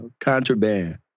contraband